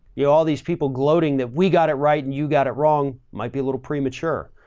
you all these people gloating that we got it right and you got it wrong. might be a little premature.